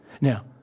Now